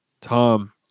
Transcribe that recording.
tom